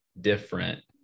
different